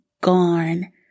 gone